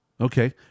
Okay